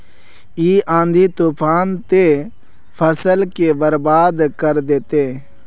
इ आँधी तूफान ते फसल के बर्बाद कर देते?